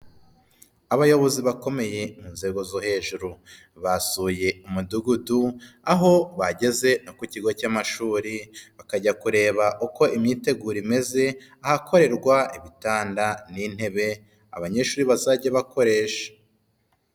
Abayobozi bakomeye mu nzego zo hejuru. basuye umudugudu, aho bageze no ku kigo cy'amashuri, bakajya kureba uko imyiteguro imeze, ahakorerwa ibitanda n'intebe abanyeshuri bazajya bakoresha.